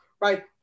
right